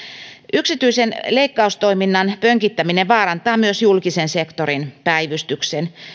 yksityisen leikkaustoiminnan pönkittäminen vaarantaa myös julkisen sektorin päivystyksen